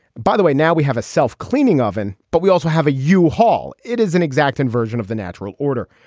by the way, now we have a self-cleaning oven, but we also have a u haul. it is an exact inversion of the natural order.